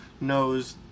knows